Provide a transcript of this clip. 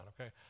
okay